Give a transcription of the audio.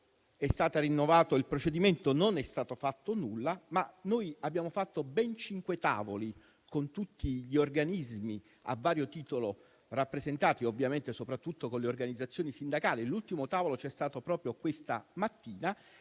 il procedimento, non è stato fatto nulla. Noi, invece, abbiamo tenuto ben cinque tavoli con tutti gli organismi a vario titolo rappresentati, ovviamente soprattutto con le organizzazioni sindacali. L'ultimo tavolo c'è stato proprio questa mattina.